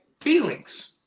feelings